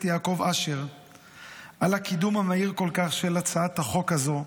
יעקב אשר על הקידום המהיר כל כך של הצעת החוק הזאת,